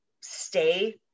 stay